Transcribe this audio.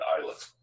island